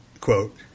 quote